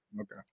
Okay